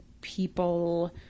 people